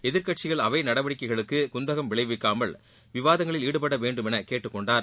எதிர்கட்சிகள் அவை நடவடிக்கைகளுக்கு குந்தகம் விளைவிக்காமல் விவாதங்களில் ஈடுபட வேண்டும் என்று கேட்டுக்கொண்டார்